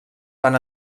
van